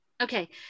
Okay